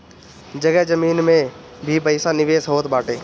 जगह जमीन में भी पईसा निवेश होत बाटे